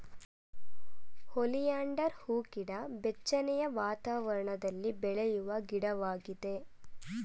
oleander ಹೂಗಿಡ ಬೆಚ್ಚನೆಯ ವಾತಾವರಣದಲ್ಲಿ ಬೆಳೆಯುವ ಗಿಡವಾಗಿದೆ